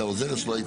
זה העוזר שלו.